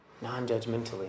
non-judgmentally